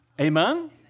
Amen